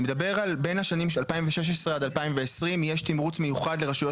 אני מדבר על בין השנים 2016 עד 2020 יש תמרוץ מיוחד לרשויות